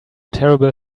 terrible